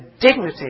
dignity